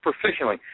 professionally